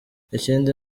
ikindi